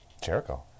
Jericho